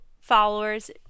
followers